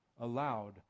allowed